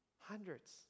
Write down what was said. Hundreds